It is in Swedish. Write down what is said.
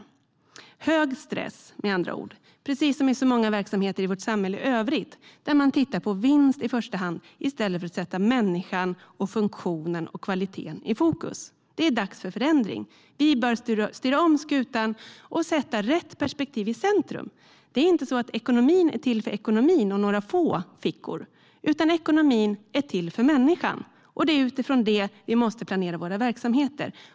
Det är hög stress, med andra ord, precis som i så många verksamheter i vårt samhälle i övrigt där man i första hand tittar på vinst i stället för att sätta människan, funktionen och kvaliteten i fokus. Det är dags för förändring. Vi bör styra om skutan och sätta rätt perspektiv i centrum. Det är inte så att ekonomin är till för ekonomin och några få fickor, utan ekonomin är till för människan. Det är utifrån det vi måste planera våra verksamheter.